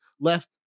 left